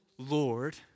Lord